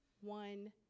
one